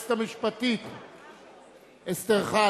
היועצת המשפטית אסטרחן,